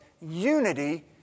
unity